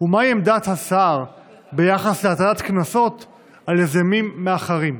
3. מהי עמדת השר ביחס להטלת קנסות על יזמים מאחרים?